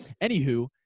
Anywho